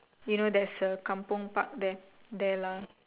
you know there's a Kampung park there there lah